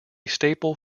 staple